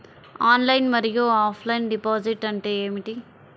Online మరియు offline deposit అంటే ఏమిటి?